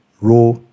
raw